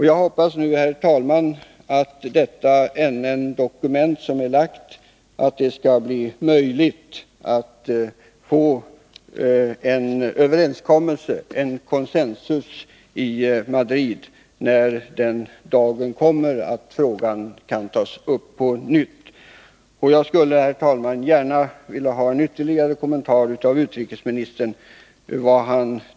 Jag hoppas nu, herr talman, att det NN-dokument som är framlagt skall göra det möjligt att få till stånd en överenskommelse med consensus i Madrid, när den dagen kommer att frågan kan tas upp på nytt. Jag skulle gärna vilja få en ytterligare kommentar av utrikesministern.